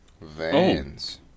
Vans